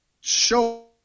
show